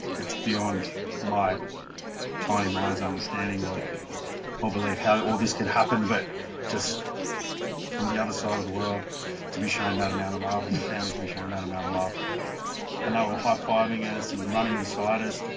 it's beyond my tiny mind's understanding or or belief how all this could happen, but just from the other side of the world to be shown that amount of love and family to be shown that amount of love. and they were high-fiving and us and running beside us,